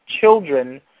children